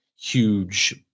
huge